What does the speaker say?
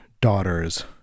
daughters